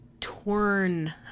torn